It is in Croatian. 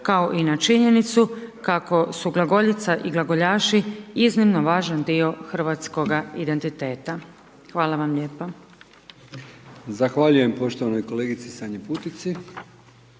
kao i na činjenicu kako su glagoljica i glagoljaši iznimno važan dio hrvatskoga identiteta. Hvala vam lijepa. **Brkić, Milijan (HDZ)** Zahvaljujem poštovanoj kolegici Sanji Putici.